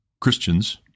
Christians